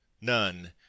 none